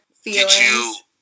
feelings